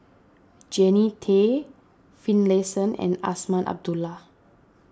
Jannie Tay Finlayson and Azman Abdullah